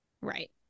Right